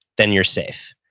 then you're safe.